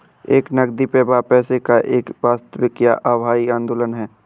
एक नकदी प्रवाह पैसे का एक वास्तविक या आभासी आंदोलन है